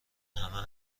همه